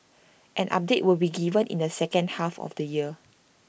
an update will be given in the second half of the year